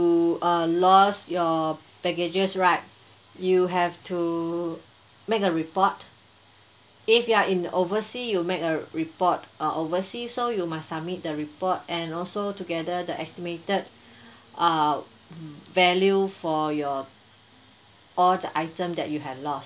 uh lost your baggages right you have to make a report if you are in oversea you make a report uh oversea so you must submit the report and also together the estimated uh value for your all the item that you have lost